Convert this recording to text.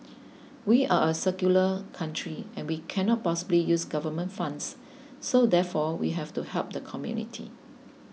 we are a secular country and we cannot possibly use government funds so therefore we have to help the community